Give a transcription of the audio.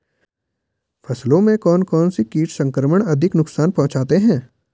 फसलों में कौन कौन से कीट संक्रमण अधिक नुकसान पहुंचाते हैं?